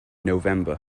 november